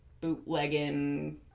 bootlegging